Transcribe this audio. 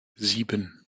sieben